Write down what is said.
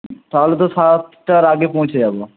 তাহলে তো সাতটার আগে পৌঁছে যাব